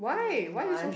one month